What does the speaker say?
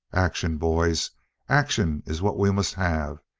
action, boys action is what we must have,